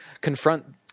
confront